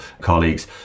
colleagues